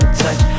touch